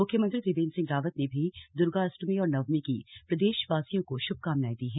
मुख्यमंत्री त्रिवेंद्र सिंह रावत ने भी द्र्गाअष्टमी और नवमी की प्रदेशवासियों को श्भकामनाएं दी है